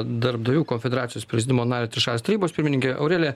darbdavių konfederacijos prezidiumo narę trišalės tarybos pirmininkę aurelija